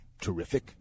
terrific